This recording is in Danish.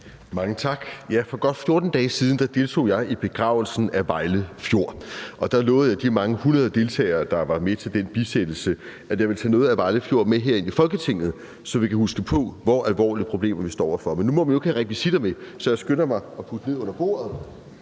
Mange tak. For godt 14 dage siden deltog jeg i begravelsen af Vejle Fjord, og der lovede jeg de mange hundrede deltagere, der var med til den bisættelse, at jeg ville tage noget af Vejle Fjord med herind i Folketinget, så vi kan huske på, hvor alvorlige problemer vi står over for. Men nu må vi jo ikke have rekvisitter med, så jeg skynder mig at putte den ned under bordet,